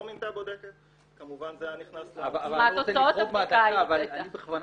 מינתה בודקת כמובן שזה היה נכנס -- אני בכוונה